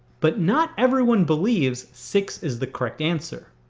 but not everyone believes six is the correct answer.